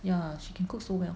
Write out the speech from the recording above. ya she can cook so well